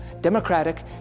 democratic